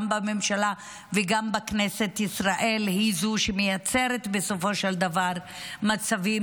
בממשלה וגם בכנסת ישראל היא זו שמייצרת בסופו של דבר מצבים